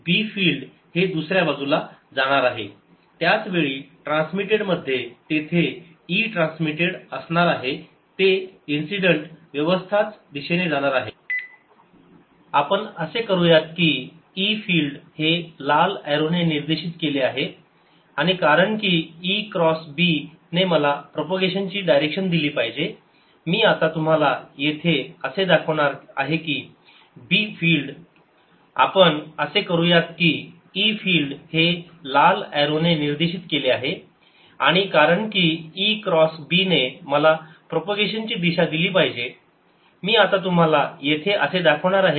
तर मग हे b फिल्ड आणि e फिल्ड त्या मध्ये दाखवले आहे